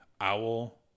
Owl